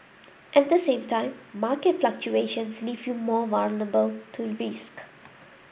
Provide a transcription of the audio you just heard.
at the same time market fluctuations leave you more vulnerable to risk